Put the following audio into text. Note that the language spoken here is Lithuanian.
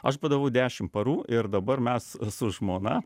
aš badavau dešimt parų ir dabar mes su žmona